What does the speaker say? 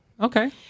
Okay